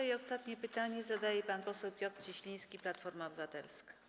I ostatnie pytanie zadaje pan poseł Piotr Cieśliński, Platforma Obywatelska.